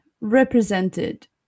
represented